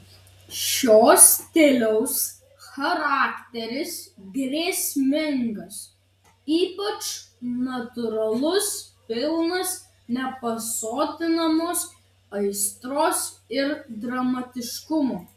šio stiliaus charakteris grėsmingas ypač natūralus pilnas nepasotinamos aistros ir dramatiškumo